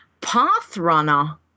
Pathrunner